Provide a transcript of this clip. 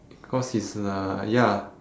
because he is uh like ya